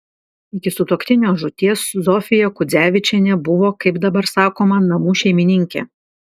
iki sutuoktinio žūties zofija kudzevičienė buvo kaip dabar sakoma namų šeimininkė